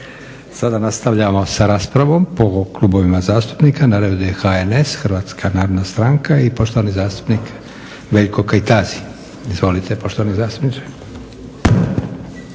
Sada nastavljamo sa raspravom po Klubovima zastupnika. Na redu je HNS, Hrvatska narodna stranka i poštovani zastupnik Veljko Kajtazi. Izvolite poštovani zastupniče.